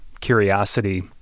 curiosity